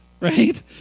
right